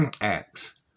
acts